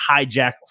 hijack